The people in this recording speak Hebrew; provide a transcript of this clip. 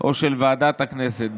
או של ועדת הכנסת.